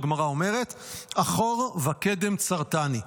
הגמרא אומרת: "אחור וקדם צרתני".